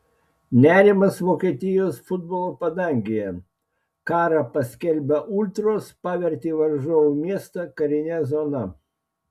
nerimas vokietijos futbolo padangėje karą paskelbę ultros pavertė varžovų miestą karine zona